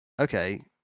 okay